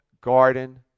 garden